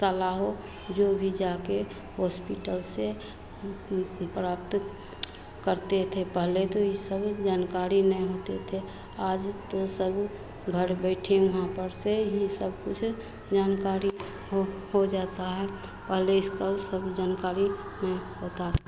साला हो जो भी जाके हॉस्पिटल से प्राप्त करते थे पहले तो इस सभी क जानकाड़ी नै होते थे आज तो सब घड़ बैठे वहाँ पर से ही सब कुछ जानकाड़ी हो हो जाता है पहले इसका उ सब जानकाड़ी में होता था